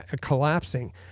collapsing